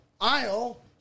aisle